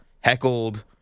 Heckled